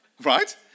right